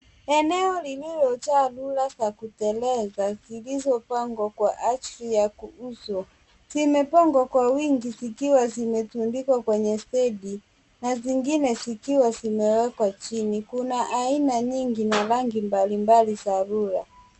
Eneo lililojaa rura za luteleza zilizopangwa kwa ajili ya kuuzwa, zimepangwa kwa wingi zikiwa zimetundikwa kwenye stedi na zingine zikiwa zimewekwa chini. Kuna aina nyingi na rangi mbali mbali za rura.